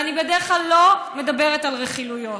ואני בדרך כלל לא מדברת על רכילויות,